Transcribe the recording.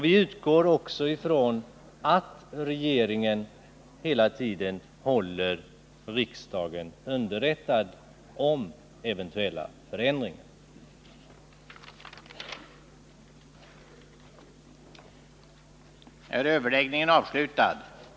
Vi utgår också ifrån att regeringen hela tiden håller riksdagen underrättad om eventuella förändringar.